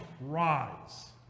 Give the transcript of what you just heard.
rise